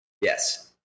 yes